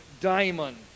diamond